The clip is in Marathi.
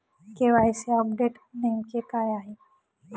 के.वाय.सी अपडेट नेमके काय आहे?